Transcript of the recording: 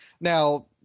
Now